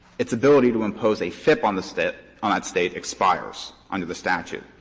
its ability to impose a fip on the sip on that state expires under the statute.